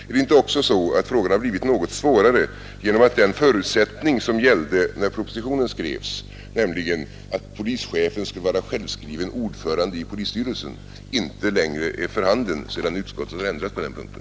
Är det inte också så att frågorna blivit något svårare genom att den förutsättning som gällde när propositionen skrevs, nämligen att polischefen skulle vara självskriven ordförande i polisstyrelsen, inte längre är för handen sedan utskottet ändrat på den punkten?